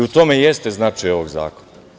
U tome i jeste značaj ovog zakona.